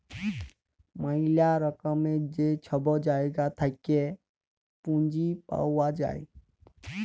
ম্যালা রকমের যে ছব জায়গা থ্যাইকে পুঁজি পাউয়া যায়